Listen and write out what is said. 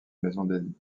maison